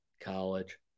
college